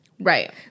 Right